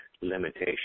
limitation